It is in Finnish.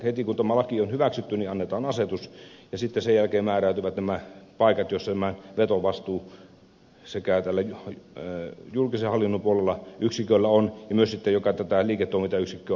heti kun tämä laki on hyväksytty annetaan asetus ja sen jälkeen määräytyvät nämä paikat joissa vetovastuu tällä julkisen hallinnon puolella näillä yksiköillä on ja sitten myös tämän liiketoimintayksikön paikka